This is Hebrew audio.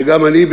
שגם אני,